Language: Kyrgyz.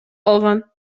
алган